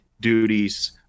duties